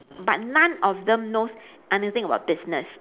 but none of them knows anything about business